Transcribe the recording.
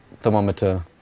thermometer